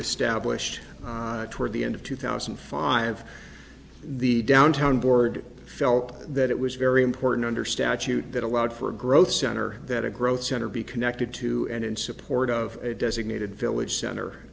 established toward the end of two thousand and five the downtown board felt that it was very important under statute that allowed for growth center that a growth center be connected to and in support of a designated village